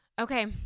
Okay